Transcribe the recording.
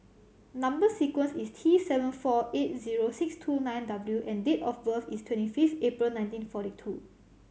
number sequence is T seven four eight zero six two nine W and date of birth is twenty fifth April nineteen forty two